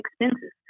expenses